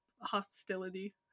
hostility